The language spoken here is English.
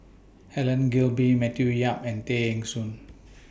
Helen Gilbey Matthew Yap and Tay Eng Soon